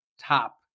top